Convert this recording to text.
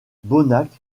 bonnac